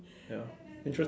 ya interesting